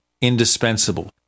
indispensable